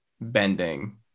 bending